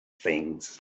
things